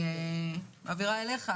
בבקשה,